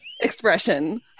Expression